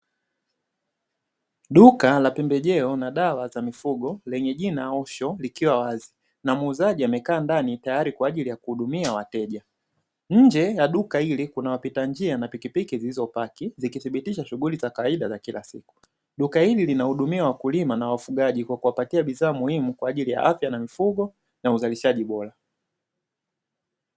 Duka la pembejeo na dawa za mifugo lenye jina ''osho'' likiwa wazi na muuzaji amekaa ndani tayari kwa ajili ya kuhudumia waateja, nje ya duka hili kuna wapita njia na pikipiki zilizopaki zikithibitisha shughulu za kawaida za kila siku. Duka hili linahudumia wakulima na wafugfaji kwa kuwapatia bidhaa muhimu kwaajili ya afya na mifugo na uzalishaji bora.